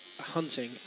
hunting